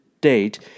date